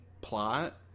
plot